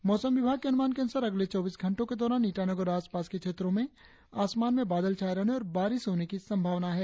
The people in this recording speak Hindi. और अब मौसम मौसम विभाग के अनुमान के अनुसार अगले चौबीस घंटो के दौरान ईटानगर और आसपास के क्षेत्रो में आसमान में बादल छाये रहने और बारिश होने की संभावना है